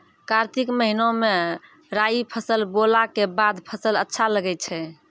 कार्तिक महीना मे राई फसल बोलऽ के बाद फसल अच्छा लगे छै